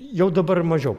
jau dabar mažiau